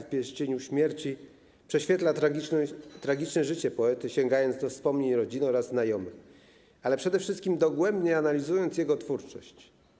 W pierścieniu śmierci˝ prześwietla tragiczne życie poety, sięgając do wspomnień rodziny oraz znajomych, ale przede wszystkim dogłębnie analizując jego twórczość.